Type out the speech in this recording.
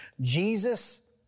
Jesus